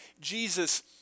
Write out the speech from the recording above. Jesus